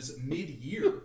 mid-year